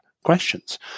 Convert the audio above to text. questions